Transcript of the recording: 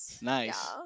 Nice